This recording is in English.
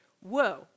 whoa